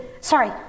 Sorry